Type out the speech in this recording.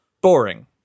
Boring